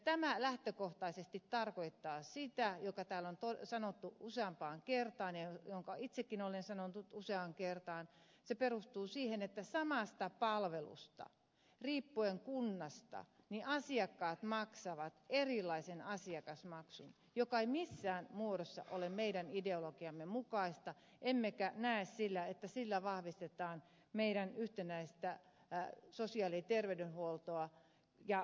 tämä lähtökohtaisesti tarkoittaa sitä mikä täällä on sanottu useampaan kertaan ja minkä itsekin olen sanonut useaan kertaan se perustuu siihen että samasta palvelusta riippuen kunnasta asiakkaat maksavat erilaisen asiakasmaksun joka ei missään muodossa ole meidän ideologiamme mukaista emmekä näe että sillä vahvistetaan meidän yhtenäistä sosiaali ja terveydenhuoltoamme